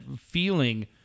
feeling